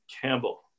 Campbell